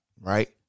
right